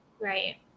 right